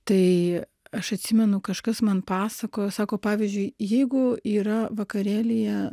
tai aš atsimenu kažkas man pasakojo sako pavyzdžiui jeigu yra vakarėlyje